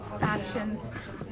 actions